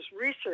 research